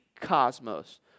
cosmos